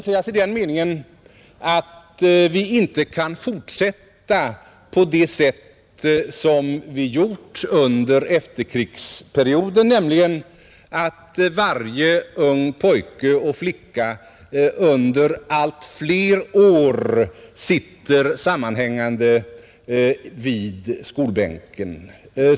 Vi kan inte fortsätta på det sätt som vi gjort under efterkrigsperioden, nämligen att varje ung pojke och flicka får sitta i skolbänken under ett allt större antal år i en följd.